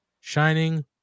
shining